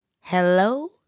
Hello